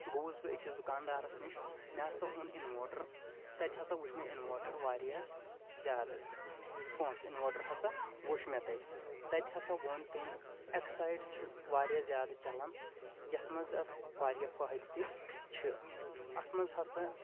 گوٚوُس بہٕ أکِس دُکاندارَس نِش مےٚ ہسا اوٚن اِنوٲٹَر تَتہِ ہسا وٕچھ مےٚ اِنوٲٹَر واریاہ زیادٕ زٕ پونٛسہٕ اِنوٲٹَر ہسا وٕچھ مےٚ تَتہِ تَتہِ ہسا ووٚن تٔمۍ اٮ۪کسایِڈ چھُ واریاہ زیادٕ چَلان یَتھ منٛز اَتھ واریاہ فٲہدٕ تہِ چھِ اَتھ منٛز ہسا